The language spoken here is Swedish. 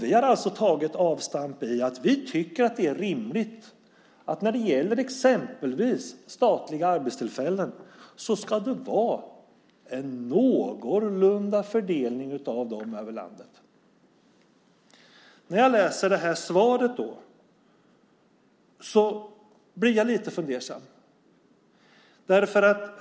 Vi har alltså tagit avstamp i att vi tycker att det är rimligt att det ska vara en någorlunda jämn fördelning över landet när det gäller exempelvis statliga arbetstillfällen. När jag läser svaret blir jag lite fundersam.